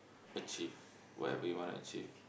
achieve whatever you want to achieve